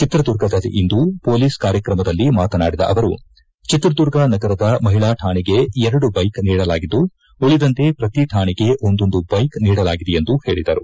ಚಿತ್ರದುರ್ಗದಲ್ಲಿಂದು police ಕಾರ್ಯಕ್ರಮದಲ್ಲಿ ಮಾತನಾಡಿದ ಅವರು ಚಿತ್ರದುರ್ಗ ನಗರದ ಮಹಿಳಾ ಕಾಣೆಗೆ ಎರಡು ಬೈಕ್ ನೀಡಲಾಗಿದ್ದು ಇನ್ನು ಉಳಿದಂತೆ ಪ್ರತಿ ಕಾಣೆಗೆ ಒಂದೊಂದು ಬೈಕ್ ನೀಡಲಾಗಿದೆ ಎಂದು ಹೇಳಿದರು